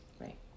Right